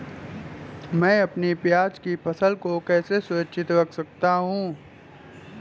मैं अपनी प्याज की फसल को कैसे सुरक्षित रख सकता हूँ?